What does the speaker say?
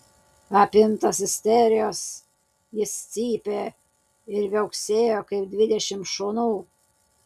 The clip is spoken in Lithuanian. apimtas isterijos jis cypė ir viauksėjo kaip dvidešimt šunų